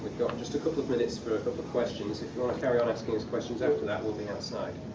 got just a couple of minutes for a couple of questions, if you want to carry on asking us questions after that, we'll be outside.